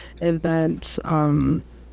event